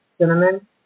cinnamon